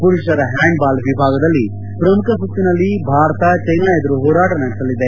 ಪುರುಷರ ಹ್ಯಾಂಡ್ಬಾಲ್ ವಿಭಾಗದಲ್ಲಿ ಪ್ರಮುಖ ಸುತ್ತಿನಲ್ಲಿ ಭಾರತ ಚೈನಾ ಎದುರು ಹೋರಾಟ ನಡೆಸಲಿದೆ